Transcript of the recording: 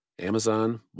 Amazon